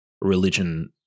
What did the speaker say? religion